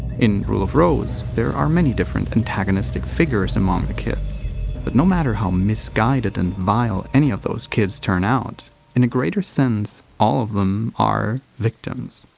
in rule of rose, there are many different antagonistic figures among the kids but no matter how misguided and vile any one of those kids turn out in a greater sense, all of them are victims.